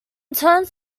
turns